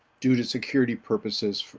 due to security purposes,